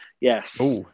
yes